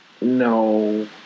no